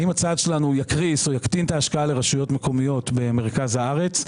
האם הצעד שלנו יקריס או יקטין את ההשקעה לרשויות מקומיות במרכז הארץ.